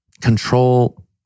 control